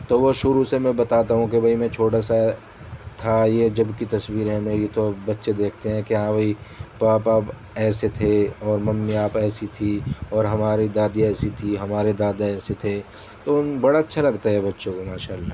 تو وہ شروع سے میں بتاتا ہوں کہ بھئی میں چھوٹا سا تھا یہ جب کی تصویرہے میری تو بچے دیکھتے ہیں کہ ہاں بھئی پاپا آپ ایسے تھے اور ممی آپ ایسی تھیں اور ہماری دادی ایسی تھیں ہمارے دادا ایسے تھے تو ان بڑا اچھا لگتا ہے بچوں کو ماشاء اللہ